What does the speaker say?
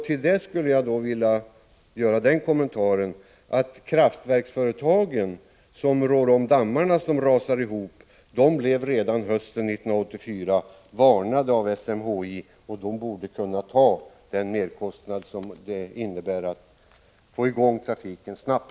Till detta skulle jag vilja göra den kommentaren att kraftverksföretaget, som rår om dammarna som rasade ihop, blev varnat av SMHI redan hösten 1984, och det borde kunna ta den merkostnad det innebär att få i gång trafiken snabbt.